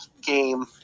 game